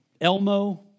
Elmo